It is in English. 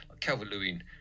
Calvert-Lewin